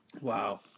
Wow